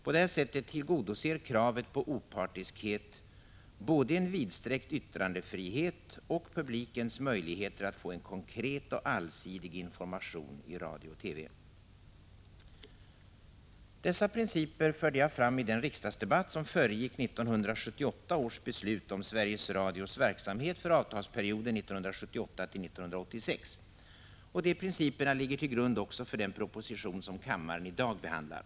På det här sättet tillgodoser kravet på opartiskhet både en vidsträckt yttrandefrihet och publikens möjligheter att få en konkret och allsidig information i radio och TV. Dessa principer förde jag fram i den riksdagsdebatt som föregick 1978 års beslut om Sveriges Radios verksamhet för avtalsperioden 1978-1986. De principerna ligger till grund också för den proposition som kammaren i dag behandlar.